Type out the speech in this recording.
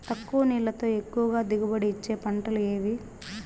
తక్కువ నీళ్లతో ఎక్కువగా దిగుబడి ఇచ్చే పంటలు ఏవి?